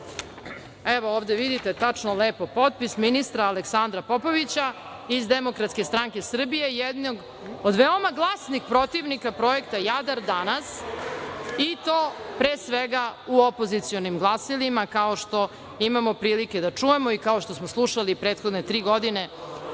Evo ovde vidite, tačno lepo potpis ministra Aleksandra Popovića iz DSS, jednog od veoma glasnik protivnika projekta „Jadar“ danas i to pre svega u opozicionim glasilima, kao što imamo prilike da čujemo i kao što smo slušali prethodne tri godine